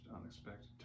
unexpected